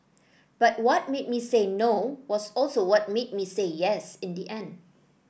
but what made me say No was also what made me say Yes in the end